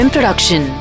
Production